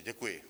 Děkuji.